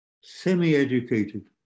semi-educated